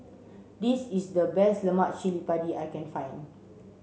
this is the best Lemak Cili Padi I can find